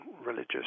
religious